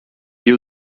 you